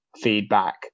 feedback